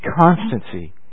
constancy